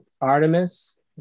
Artemis